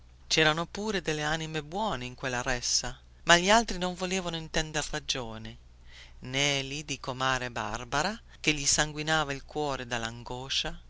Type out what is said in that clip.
cerano pure delle anime buone in quella ressa ma gli altri non volevano intender ragioni neli di comare barbara che gli sanguinava il cuore